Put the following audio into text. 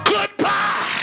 Goodbye